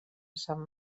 sant